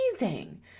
amazing